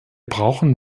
brauchen